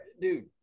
Dude